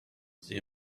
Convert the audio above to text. sie